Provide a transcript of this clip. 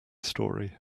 story